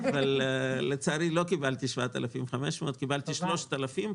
אבל לצערי לא קיבלתי 7,500. קיבלתי 3,000,